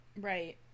right